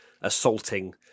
assaulting